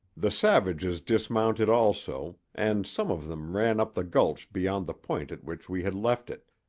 the savages dismounted also, and some of them ran up the gulch beyond the point at which we had left it,